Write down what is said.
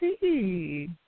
see